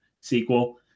sequel